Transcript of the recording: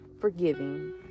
forgiving